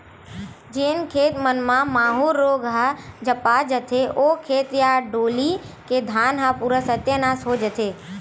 जेन खेत मन म माहूँ रोग ह झपा जथे, ओ खेत या डोली के धान ह पूरा सत्यानास हो जथे